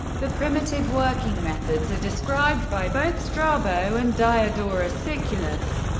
the primitive working methods are described by both strabo and diodorus siculus,